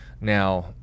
Now